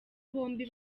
bombi